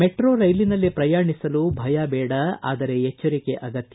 metro ರೈಲಿನಲ್ಲಿ ಪ್ರಯಾಣಿಸಲು ಭಯ ಬೇಡ ಆದರೆ ಎಚ್ಬರಿಕೆ ಅಗತ್ಯ